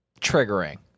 triggering